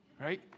Right